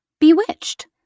Bewitched